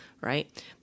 right